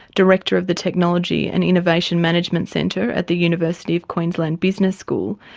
director of the technology and innovation management centre at the university of queensland business school,